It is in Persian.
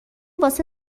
واسه